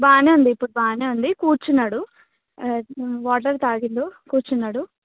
బాగానే ఉంది ఇప్పుడు బాగానే ఉంది కూర్చున్నాడు వాటర్ తాగిండు కూర్చున్నాడు